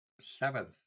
seventh